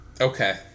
Okay